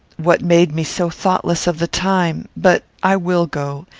what made me so thoughtless of the time? but i will go,